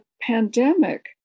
pandemic